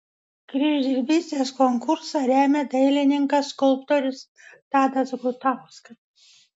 kryždirbystės konkursą remia dailininkas skulptorius tadas gutauskas